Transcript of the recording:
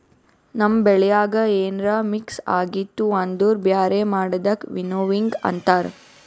ನಮ್ ಬೆಳ್ಯಾಗ ಏನ್ರ ಮಿಕ್ಸ್ ಆಗಿತ್ತು ಅಂದುರ್ ಬ್ಯಾರೆ ಮಾಡದಕ್ ವಿನ್ನೋವಿಂಗ್ ಅಂತಾರ್